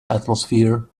atmosphere